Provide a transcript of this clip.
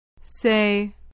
Say